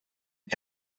and